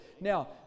Now